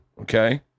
okay